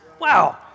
Wow